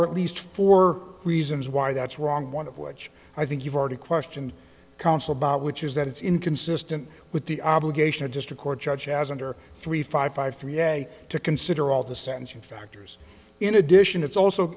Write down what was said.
are at least four reasons why that's wrong one of which i think you've already questioned counsel about which is that it's inconsistent with the obligation of district court judge as under three five five three yeah a to consider all the sentencing factors in addition it's also